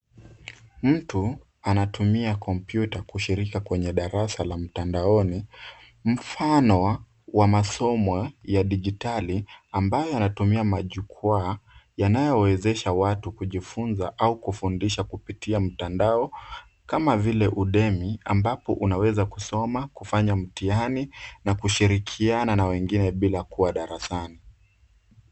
Mtu anatumia kompyuta kushiriki kwenye darasa la mtandaoni. Mfano wa masomo ya dijitali ambayo yanatumia majukwaa yanayowezesha watu kujifunza au kufundisha kupitia mtandao kama vile Udemi, ambapo unaweza kusoma, kufanya mtihani na kushirikiana na wengine bila kuwa darasani.